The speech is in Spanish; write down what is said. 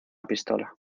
pistola